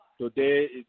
today